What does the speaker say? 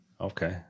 Okay